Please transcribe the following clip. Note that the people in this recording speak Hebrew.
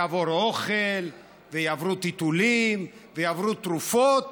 יעבור אוכל ויעברו טיטולים ויעברו תרופות